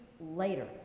later